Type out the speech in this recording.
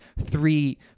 three